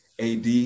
AD